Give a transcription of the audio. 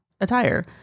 attire